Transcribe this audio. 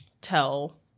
tell